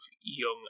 young